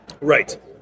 Right